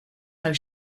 have